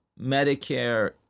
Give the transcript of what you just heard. Medicare